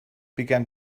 began